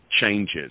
changes